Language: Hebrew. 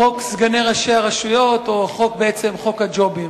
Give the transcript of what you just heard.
חוק סגני ראשי הרשויות, או חוק, בעצם חוק הג'ובים.